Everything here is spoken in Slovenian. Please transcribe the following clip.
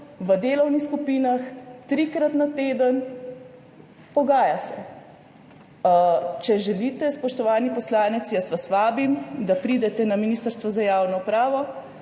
v delovnih skupinah, trikrat na teden. Pogaja se. Če želite, spoštovani poslanec, jaz vas vabim, da pridete na Ministrstvo za javno upravo.